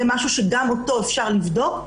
זה משהו שגם אותו אפשר לבדוק.